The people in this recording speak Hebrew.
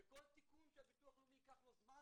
בכל תיקון שביטוח לאומי ייקח לו זמן